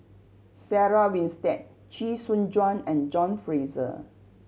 Sarah Winstedt Chee Soon Juan and John Fraser